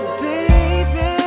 baby